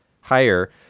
higher